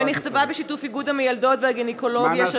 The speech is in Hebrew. ונכתבה בשיתוף איגוד המיילדות והגינקולוגיות,